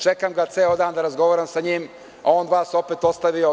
Čekam da ceo dan razgovaram sa njim, a on vas je ostavio.